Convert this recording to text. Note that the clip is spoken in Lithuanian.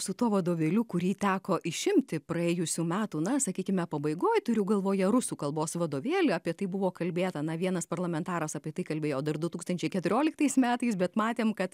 su tuo vadovėliu kurį teko išimti praėjusių metų na sakykime pabaigoj turiu galvoje rusų kalbos vadovėlį apie tai buvo kalbėta na vienas parlamentaras apie tai kalbėjo dar du tūkstančiai keturioliktais metais bet matėm kad